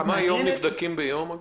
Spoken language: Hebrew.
כמה נבדקים היום ביום?